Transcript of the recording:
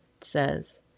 says